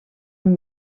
amb